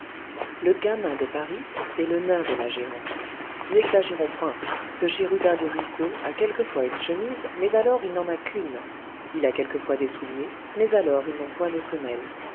le gamin de paris c'est le nain de la géante n'exagérons point ce chérubin du ruisseau a quelquefois une chemise mais alors il n'en a qu'une il a quelquefois des souliers mais alors ils n'ont point de semelles